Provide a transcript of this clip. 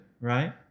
right